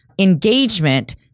engagement